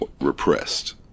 repressed